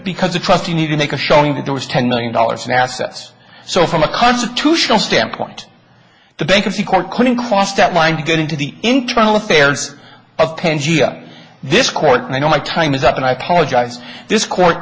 because the trust you need to make a showing that there was ten million dollars in assets so from a constitutional standpoint the bankruptcy court couldn't cross that line to get into the internal affairs of penzias this court and i know my time is up and i apologize this court